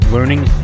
learning